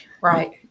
Right